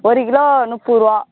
ஒரு கிலோ முப்பொருவா